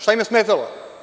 Šta im je smetalo?